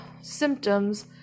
symptoms